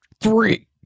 Three